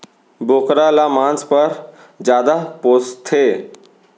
बोकरा ल मांस पर जादा पोसथें